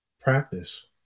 practice